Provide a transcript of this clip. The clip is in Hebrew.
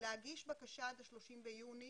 להגיש בקשה עד ה-30 ביוני